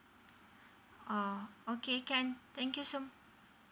uh okay can thank you so